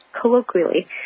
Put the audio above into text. colloquially